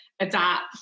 adapt